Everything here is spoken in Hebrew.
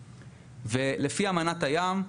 לפני אמנת הים,